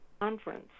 conference